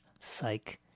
psych